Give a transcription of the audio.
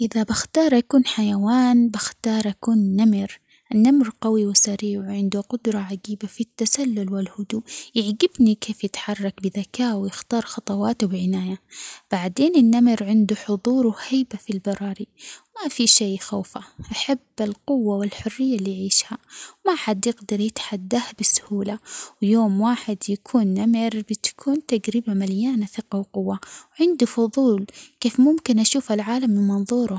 إذا بختار أكون حيوان بختار أكون نمر، النمر قوي وسريع وعنده قدرة عجيبة في التسلل والهدوء. يعجبني كيف يتحرك بذكاء ويختار خطواته بعناية بعدين النمر عنده حضور وهيبة في البراري ما في شي يخوفه أحب القوة والحرية اللي يعيشها ما حد يقدر يتحداه بسهولة ويوم واحد يكون نمر بتكون تجربة مليانة ثقة وقوة وعندي فضول كيف ممكن أشوف العالم من منظوره.